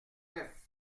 neuf